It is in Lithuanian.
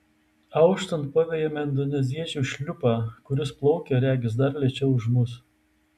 auštant pavejame indoneziečių šliupą kuris plaukia regis dar lėčiau už mus